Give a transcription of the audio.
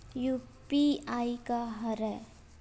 UPI का हरय?